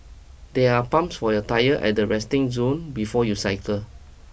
there are pumps for your tyre at the resting zone before you cycle